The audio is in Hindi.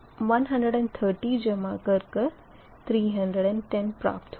180 मे 130 जमा कर कर 310 प्राप्त होगा